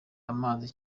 amazi